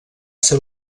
ser